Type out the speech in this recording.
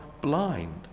blind